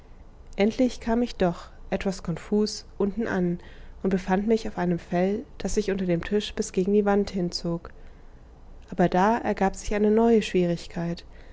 endlich kam ich doch etwas konfus unten an und befand mich auf einem fell das sich unter dem tisch bis gegen die wand hinzog aber da ergab sich eine neue schwierigkeit